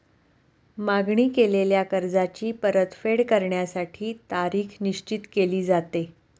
मागणी केलेल्या कर्जाची परतफेड करण्यासाठी तारीख निश्चित केली जाते